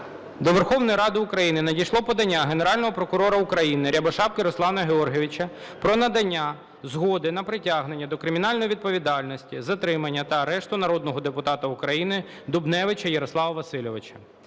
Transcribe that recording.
До Верховної Ради України надійшло подання Генерального прокурора України Рябошапки Руслана Георгійовича про надання згоди на притягнення до кримінальної відповідальності, затримання та арешт народного депутата України Дубневича Ярослава Васильовича.